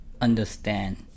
understand